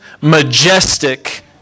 majestic